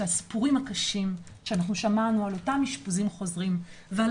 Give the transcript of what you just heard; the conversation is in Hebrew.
שהסיפורים הקשים שאנחנו שמענו על אותם אשפוזים חוזרים ועל